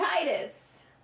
Titus